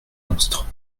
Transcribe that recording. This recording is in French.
monstre